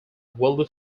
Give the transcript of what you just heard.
wealthy